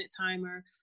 timer